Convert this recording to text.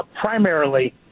Primarily